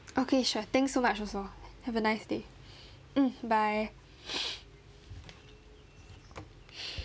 okay sure thanks so much also have a nice day mm bye